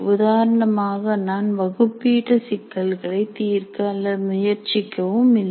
உதாரணமாக நான் வகுப்பு ஈட்டு சிக்கல்களை தீர்க்க அல்லது முயற்சிக்கவும் இல்லை